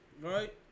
right